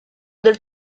del